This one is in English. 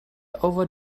over